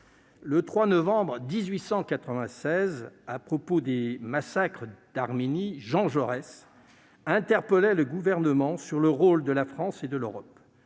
le 3 novembre 1896, à propos des massacres d'Arménie, Jean Jaurès interpellait le gouvernement sur le rôle de la France et de l'Europe.